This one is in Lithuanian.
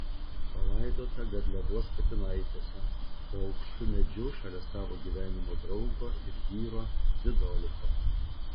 palaidota garliavos kapinaitėse po aukštu medžiu šalia savo gyvenimo draugo ir vyro dzidoliko